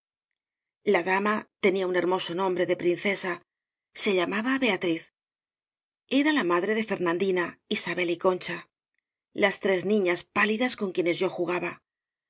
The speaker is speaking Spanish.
la dama tenía un hermoso nombre de prin cesa se llamaba beatriz era la madre de fernandina isabel y concha las tres niñas pálidas con quienes yo jugaba